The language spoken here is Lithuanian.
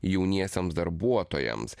jauniesiems darbuotojams